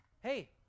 Hey